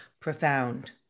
profound